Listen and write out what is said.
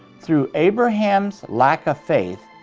through abraham's lack of faith,